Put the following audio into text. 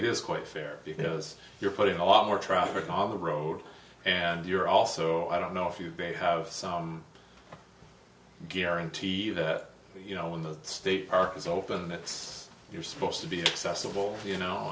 it is quite fair because you're putting off more traffic on the road and you're also i don't know if you have some guarantee that you know when the state park is open it's you're supposed to be accessible you